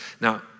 Now